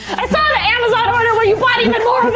i saw the amazon order where you bought even more of them.